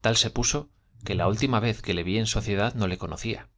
tal se puso que la itltima vez que le vi en soiedad no le conocía